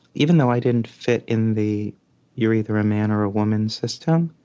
even though i didn't fit in the you're either a man or or woman system,